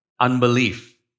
unbelief